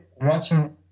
watching